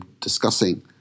discussing